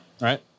Right